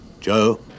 Joe